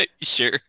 sure